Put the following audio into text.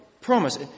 promise